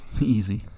Easy